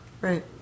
Right